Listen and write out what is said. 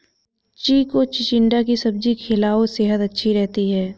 बच्ची को चिचिण्डा की सब्जी खिलाओ, सेहद अच्छी रहती है